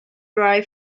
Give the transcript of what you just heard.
dry